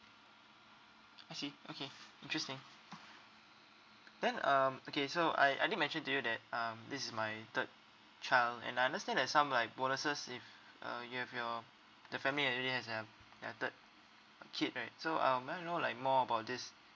I see okay interesting then um okay so I I did mention to you that um this is my third child and I understand that some like bonuses if uh you have your the family already has a a third kid right so um may I know like more about this